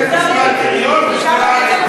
את קובעת לבית-משפט עליון בשמירה על עקרונות?